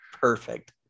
perfect